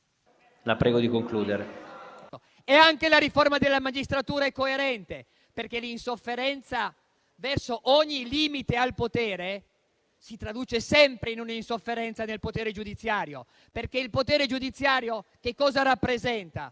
la prego di concludere.